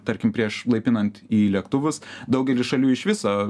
tarkim prieš laipinant į lėktuvus daugelis šalių iš viso